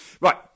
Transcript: Right